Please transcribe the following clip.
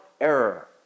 error